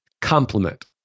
complement